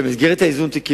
שבמסגרת איזון תיקים,